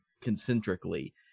concentrically